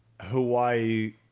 hawaii